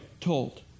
told